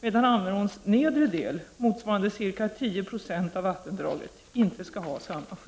medan Ammeråns nedre del, motsvarande ca 10 76 av vattendraget, inte skall ha samma skydd.